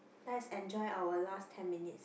let's enjoy our last ten minutes